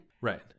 Right